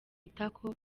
itako